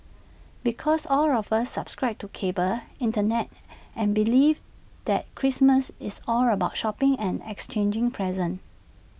because all of us subscribe to cable Internet and belief that Christmas is all about shopping and exchanging presents